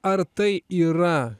ar tai yra